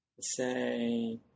Say